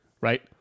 right